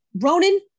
Ronan